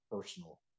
personal